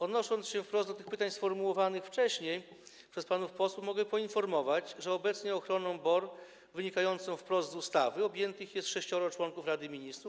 Odnosząc się wprost do pytań sformułowanych wcześniej przez panów posłów, mogę poinformować, że obecnie ochroną BOR wynikającą wprost z ustawy objętych jest sześcioro członków Rady Ministrów.